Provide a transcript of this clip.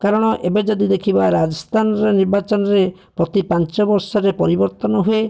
କାରଣ ଏବେ ଯଦି ଦେଖିବା ରାଜସ୍ଥାନର ନିର୍ବାଚନରେ ପ୍ରତି ପାଞ୍ଚବର୍ଷରେ ପରିବର୍ତ୍ତନ ହୁଏ